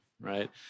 right